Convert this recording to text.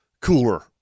cooler